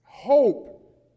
Hope